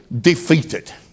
defeated